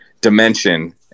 dimension